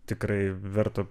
tikrai verta